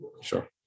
Sure